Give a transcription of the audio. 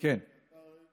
כי אתה הרי, כן.